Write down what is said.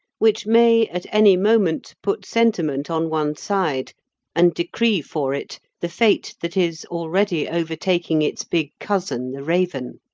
which may at any moment put sentiment on one side and decree for it the fate that is already overtaking its big cousin the raven.